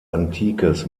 antikes